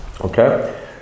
okay